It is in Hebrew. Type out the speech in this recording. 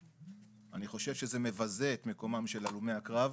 אני חושב שזה מבזה את מקומם של הלומי הקרב,